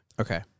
Okay